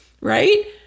right